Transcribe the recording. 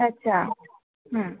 अच्छा